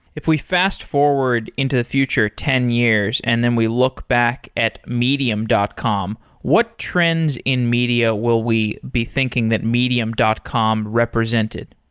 if we fast forward into the future ten years and then we look back at medium dot com, what trends in media will we be thinking that medium dot com represented?